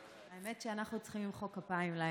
האמת היא שאנחנו צריכים למחוא כפיים להם.